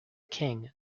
king